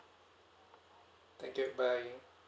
thank you bye